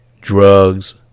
drugs